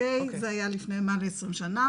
זה היה מעל ל-20 שנה,